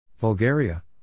Bulgaria